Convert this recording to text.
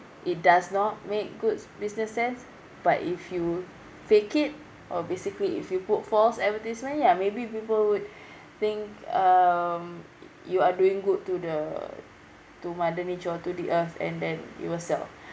it does not make goods business sense but if you fake it uh basically if you put false advertisement ya maybe people would think um you are doing good to the to mother nature or to the earth and then it will sell